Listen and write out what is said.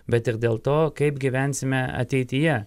bet ir dėl to kaip gyvensime ateityje